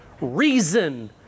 reason